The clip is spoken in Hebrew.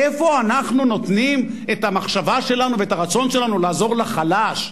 איפה אנחנו נותנים את המחשבה שלנו ואת הרצון שלנו לעזור לחלש,